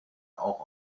auch